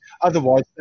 otherwise